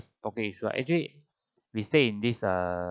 okay if you actually we stay in this err